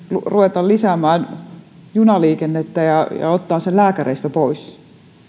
ruveta lisäämään junaliikennettä ja ja ottaa sen lääkäreistä pois